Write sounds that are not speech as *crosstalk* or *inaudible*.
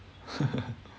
*laughs*